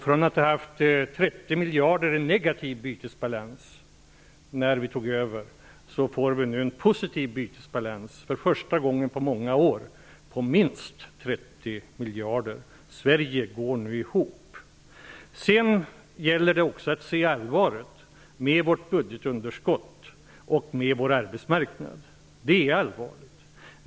Från att ha haft 30 miljarder i negativ bytesbalans när vi tog över får vi för första gången på många år en positiv bytesbalans på minst 30 miljarder. Sverige går nu ihop. Det gäller också att se allvaret med vårt budgetunderskott och med vår arbetsmarknad. Detta är allvarligt.